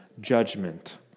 judgment